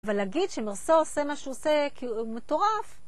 אבל להגיד שמרסה עושה מה שהוא עושה כאילו הוא מטורף